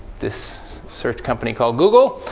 this search company called google.